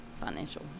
financial